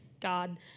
God